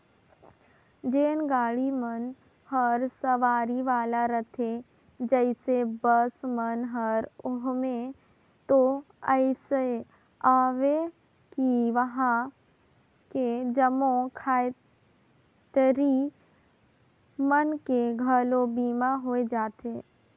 जेन गाड़ी मन हर सवारी वाला रथे जइसे बस मन हर ओम्हें तो अइसे अवे कि वंहा के जम्मो यातरी मन के घलो बीमा होय जाथे